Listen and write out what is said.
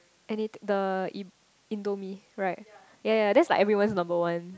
any the indomie right yea yea that's like everyone number one